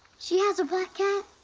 she has a black cat.